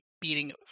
beating